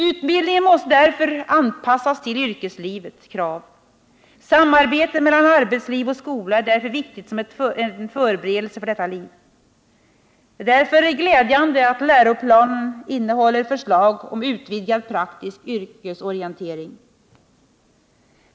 Utbildningen måste därför anpassas till yrkeslivets krav. Samarbete mellan arbetsliv och skola är därför viktigt som en förberedelse för detta liv. Det är därför glädjande att läroplanen innehåller förslag om en utvidgad praktisk yrkesorientering.